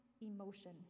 emotion